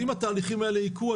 אם התהליכים האלה יקרו,